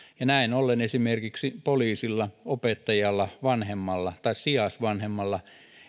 ja näin ollen esimerkiksi poliisilla opettajalla vanhemmalla tai sijaisvanhemmalla